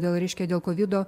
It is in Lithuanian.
dėl reiškia dėl kovido